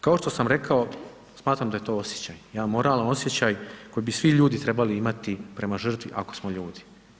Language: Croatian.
Kao što sam rekao smatram da je to osjećaj, jedan moralan osjećaj koji bi svi ljudi trebali imati prema žrtvi ako smo ljudi.